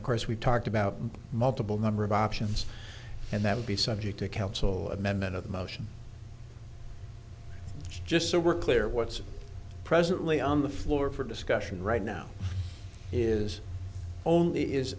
of course we talked about multiple number of options and that would be subject to counsel amendment of the motion just so we're clear what's presently on the floor for discussion right now is only is